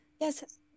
Yes